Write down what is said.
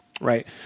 right